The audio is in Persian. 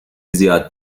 زیاد